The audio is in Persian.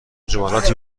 جملاتی